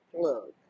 look